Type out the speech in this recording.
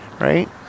right